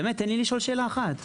בשל אותן סיבות.